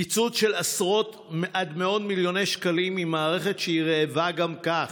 קיצוץ של עשרות עד מאות מיליוני שקלים ממערכת שהיא רעבה גם כך.